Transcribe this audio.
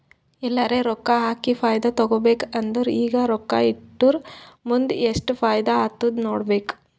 ಎಲ್ಲರೆ ರೊಕ್ಕಾ ಹಾಕಿ ಫೈದಾ ತೆಕ್ಕೋಬೇಕ್ ಅಂದುರ್ ಈಗ ರೊಕ್ಕಾ ಇಟ್ಟುರ್ ಮುಂದ್ ಎಸ್ಟ್ ಫೈದಾ ಆತ್ತುದ್ ನೋಡ್ಬೇಕ್